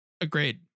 Agreed